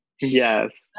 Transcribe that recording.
Yes